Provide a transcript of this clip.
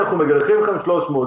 אנחנו מגלחים לכם 300 מיליון,